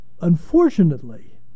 Unfortunately